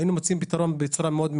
היינו מוצאים פתרון מהיר.